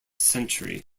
century